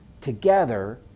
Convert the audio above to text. together